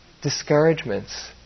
discouragements